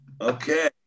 Okay